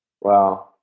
Wow